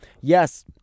yes